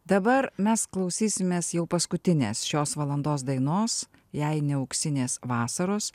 dabar mes klausysimės jau paskutinės šios valandos dainos jei ne auksinės vasaros